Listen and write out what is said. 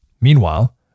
Meanwhile